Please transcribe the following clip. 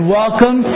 welcome